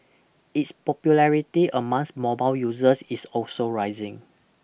its popularity amongst mobile users is also rising